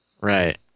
Right